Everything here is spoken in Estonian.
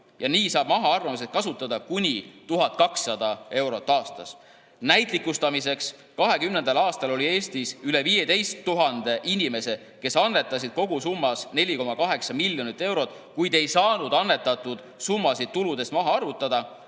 Nii saab mahaarvamiseks kasutada kuni 1200 eurot aastas. Näitlikustamiseks, 2020. aastal oli Eestis üle 15 000 inimese, kes annetasid kogusummas 4,8 miljonit eurot, kuid ei saanud annetatud summasid tuludest maha arvutada,